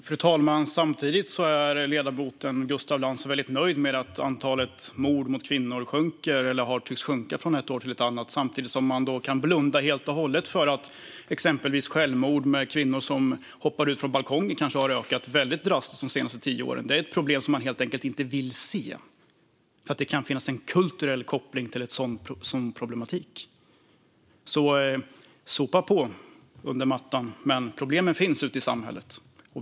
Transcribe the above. Fru talman! Ledamoten Gustaf Lantz är väldigt nöjd med att antalet mord på kvinnor sjunker, eller tycks sjunka, från ett år till ett annat. Samtidigt kan man blunda helt och hållet för att exempelvis antalet självmord med kvinnor som hoppar ut från balkonger kanske har ökat väldigt drastiskt de senaste tio åren. Detta är ett problem som man helt enkelt inte vill se, för det kan finnas en kulturell koppling till sådan problematik. Sopa på under mattan, men problemen finns ute i samhället.